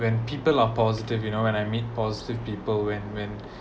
when people are positive you know when I mean positive people when when